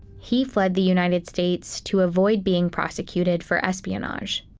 he fled the united states to avoid being prosecuted for espionage.